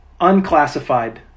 unclassified